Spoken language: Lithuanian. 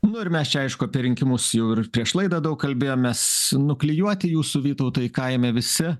nu ir mes čia aišku apie rinkimus jau ir prieš laidą daug kalbėjomės nuklijuoti jūsų vytautai kaime visi